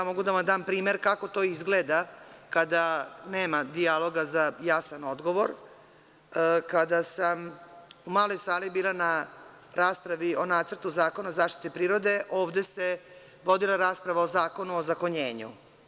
Mogu da vam dam primer kako to izgleda kada nema dijaloga za jasan odgovor, kada sam u Maloj sali bila na raspravi o Nacrtu zakona o zaštiti prirode ovde se vodila rasprava o Zakonu o ozakonjenju.